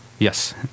Yes